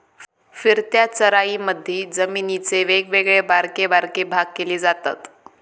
फिरत्या चराईमधी जमिनीचे वेगवेगळे बारके बारके भाग केले जातत